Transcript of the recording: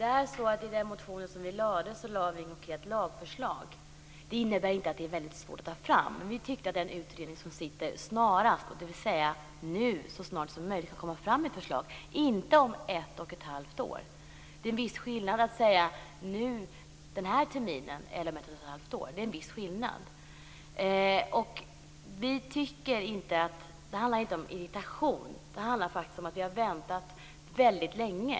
Fru talman! I den motion som vi lade fram hade vi inget konkret lagförslag. Det innebär inte att det är väldigt svårt att ta fram. Vi tyckte att den utredning som sitter snarast, dvs. nu så snart som möjligt, skall komma fram med ett förslag - inte om ett och ett halvt år. Det är en viss skillnad mellan att säga att det skall ske nu denna termin och att säga att det skall ske om ett och ett halvt år. Det handlar inte om irritation, utan det handlar faktiskt om att vi har väntat väldigt länge.